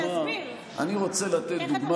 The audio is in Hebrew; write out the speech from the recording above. עכשיו אני רוצה לתת דוגמה.